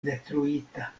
detruita